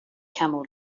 camel